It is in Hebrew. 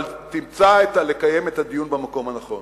אבל שתמצא לקיים את הדיון במקום הנכון.